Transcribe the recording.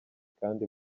kandi